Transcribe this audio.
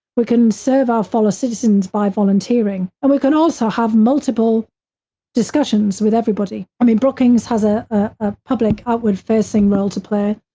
we can serve our fellow citizens by volunteering, and we can also have multiple discussions with everybody. i mean, brookings has a ah ah public outward facing role to play.